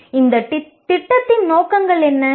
இந்த திட்டத்தின் நோக்கங்கள் என்ன